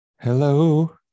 Hello